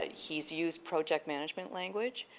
ah he's used project management language.